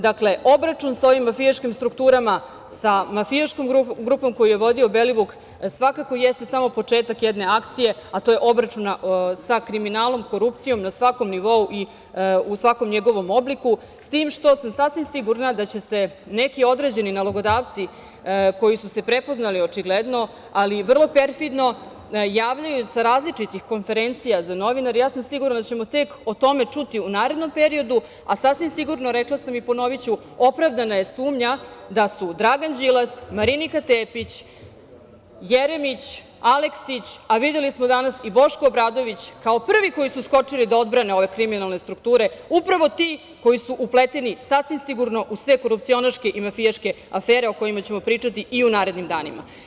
Dakle, obračun sa ovim mafijaškim strukturama, sa mafijaškom grupom koju je vodio Belivuk svakako jeste samo početak jedne akcije, a to je obračun sa kriminalom, korupcijom na svakom nivou i u svakom njegovom obliku, s tim što sam sasvim sigurna da će se neki određeni nalogodavci koji su se prepoznali očigledno, ali i vrlo perfidno javljaju sa različitih konferencija za novinare, ja sam sigurna da ćemo tek o tome čuti u narednom periodu, a sasvim sigurno rekla sam i ponoviću, opravdana je sumnja da su Dragan Đilas, Marinika Tepić, Jeremić, Aleksić, a videli smo danas i Boško Obradović, kao prvi koji su skočili da odbrane ove kriminalne strukture, upravo ti koji su upleteni sasvim sigurno u sve korupcionaške i mafijaške afere o kojima ćemo pričati i u narednim danima.